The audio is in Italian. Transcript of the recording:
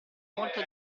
molto